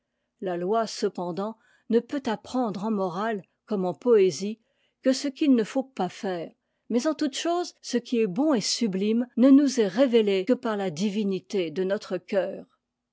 la loi cependant ne peut apprendre en morale comme en poésie que ce qu'il ne faut pas faire mais en toutes choses ce qui est bon et sublime ne nous est révélé que par la divinité de notre cœur